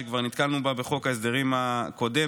שכבר נתקלנו בה בחוק ההסדרים הקודם,